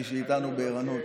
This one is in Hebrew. מי שאיתנו בערנות.